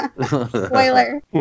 Spoiler